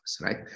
right